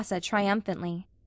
triumphantly